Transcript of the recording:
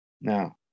Now